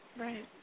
Right